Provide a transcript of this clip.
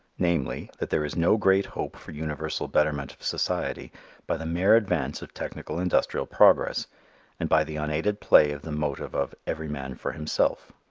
namely, that there is no great hope for universal betterment of society by the mere advance of technical industrial progress and by the unaided play of the motive of every man for himself.